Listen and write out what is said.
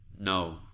No